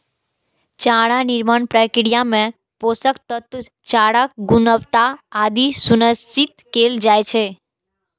चारा निर्माण प्रक्रिया मे पोषक तत्व, चाराक गुणवत्ता आदि सुनिश्चित कैल जाइ छै